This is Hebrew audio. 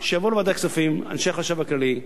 שיבואו לוועדת הכספים אנשי החשב הכללי,